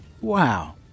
Wow